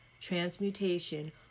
transmutation